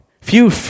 Phew